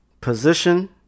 Position